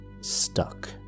stuck